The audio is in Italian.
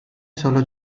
solo